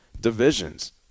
divisions